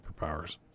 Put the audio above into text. superpowers